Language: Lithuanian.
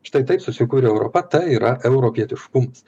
štai taip susikūrė europa ta yra europietiškumas